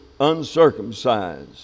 uncircumcised